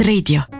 Radio